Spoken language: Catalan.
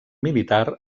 militar